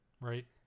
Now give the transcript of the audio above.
Right